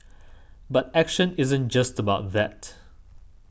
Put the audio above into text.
but action isn't just about that